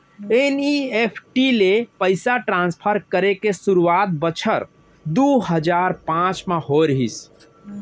NEFT ले पइसा transfer करे के सुरूवात बछर दू हजार पॉंच म होय रहिस हे